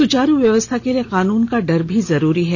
सुचारू व्यवस्था के लिए कानून का डर भी जरूरी है